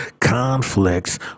conflicts